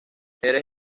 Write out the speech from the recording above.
eres